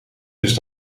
dus